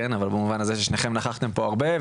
אבל במובן הזה ששניכם נכחתם פה הרבה.